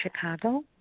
Chicago